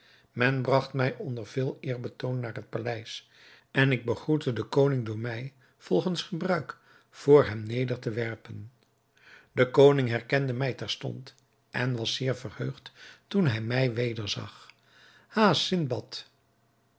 men bragt mij onder veel eerbetoon naar het paleis en ik begroette den koning door mij volgens gebruik voor hem neder te werpen de koning herkende mij terstond en was zeer verheugd toen hij mij weder zag